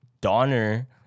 Donner